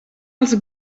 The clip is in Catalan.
als